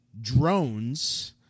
drones